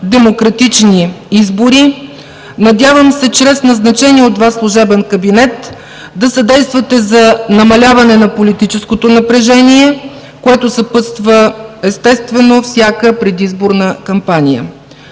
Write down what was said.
демократични избори. Надявам се чрез назначения от Вас служебен кабинет да съдействате за намаляване на политическото напрежение, което съпътства естествено всяка предизборна кампания.